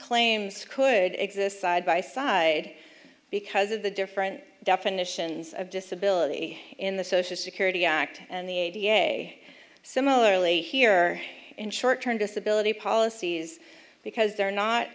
claims could exist side by side because of the different definitions of disability in the social security act and the a t a i similarly here in short term disability policies because they're not